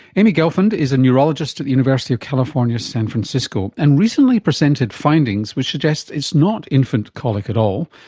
amy gelfand is a neurologist at the university of california san francisco and recently presented findings which suggest it's not infant colic at all,